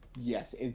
yes